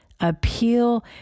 appeal